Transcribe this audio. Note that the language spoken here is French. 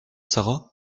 sara